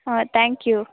ಹಾಂ thank you